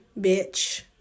bitch